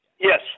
Yes